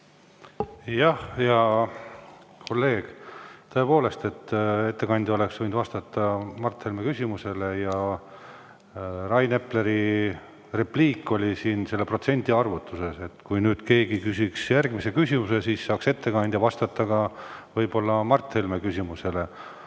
hea kolleeg, tõepoolest, ettekandja oleks võinud vastata Mart Helme küsimusele ja Rain Epleri repliik oli protsendi arvutuse kohta. Kui nüüd keegi küsiks järgmise küsimuse, siis saaks ettekandja vastata võib-olla ka Mart Helme küsimusele.